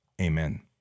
Amen